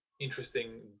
interesting